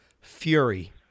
Fury